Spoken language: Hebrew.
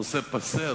נושא פאסה.